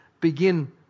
begin